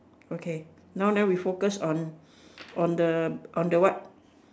okay now then we focus on on the on the what